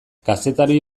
kazetari